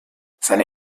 seine